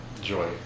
joy